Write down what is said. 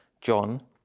John